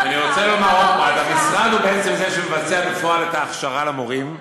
אני רוצה לומר שהמשרד הוא בעצם זה שמבצע בפועל את ההכשרה למורים,